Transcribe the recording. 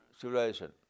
civilization